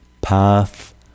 path